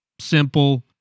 simple